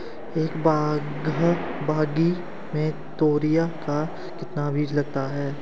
एक बीघा में तोरियां का कितना बीज लगता है?